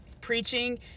preaching